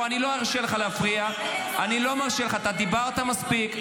--- אני לא מרשה לך, אתה דיברת מספיק.